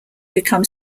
become